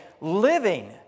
living